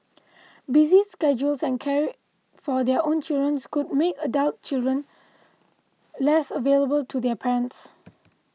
busy schedules and caring for their own children's could make adult children less available to their parents